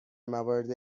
موارد